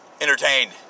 entertained